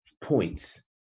points